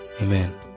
Amen